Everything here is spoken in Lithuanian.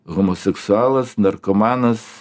homoseksualas narkomanas